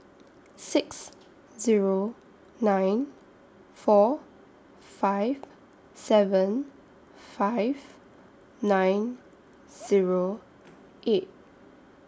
six Zero nine four five seven five nine Zero eight